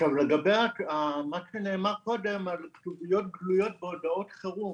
לגבי מה שנאמר קודם על כתוביות גלויות בהודעות חירום